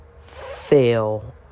fail